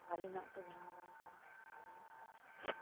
ᱵᱷᱟᱹᱞᱤᱧᱚᱜ ᱛᱮ ᱵᱮᱱᱟᱣ ᱞᱮᱱᱠᱷᱟᱱ ᱵᱷᱟᱹᱞᱤᱭᱟᱜ ᱟᱨ